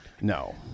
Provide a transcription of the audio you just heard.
no